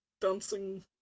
dancing